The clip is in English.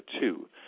two